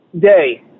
day